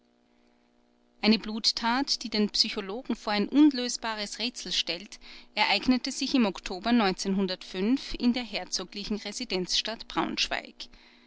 eine bluttat die den psychologen vor ein unlösbares rätsel stellt ereignete sich im oktober in der herzoglichen residenzstadt braunschweig